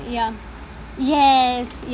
ya yes